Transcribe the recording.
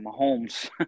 Mahomes